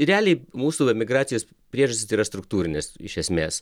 realiai mūsų emigracijos priežastys yra struktūrinis iš esmės